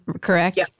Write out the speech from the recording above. Correct